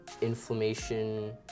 inflammation